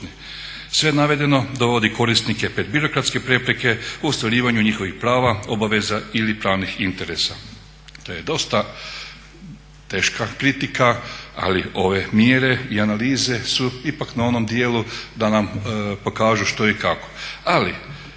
Sve navedeno dovodi korisnike pred birokratske prepreke u ostvarivanju njihovih prava, obaveza ili pravnih interesa. To je dosta teška kritika, ali ove mjere i analize su ipak na onom dijelu da nam pokažu što i kako.